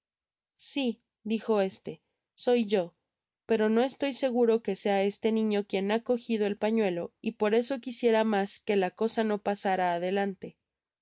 si dijo este yo soy pero bo esloy seguro que sea este niño quien ha cojido el pañuelo y por eso quisiera mas que la cosa no pasara adelante